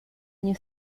nie